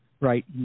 right